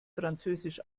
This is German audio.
französisch